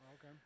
Okay